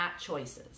choices